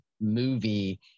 movie